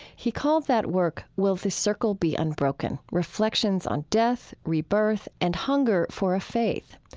he called that work will the circle be unbroken? reflections on death, rebirth, and hunger for a faith.